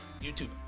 YouTube